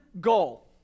goal